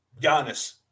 Giannis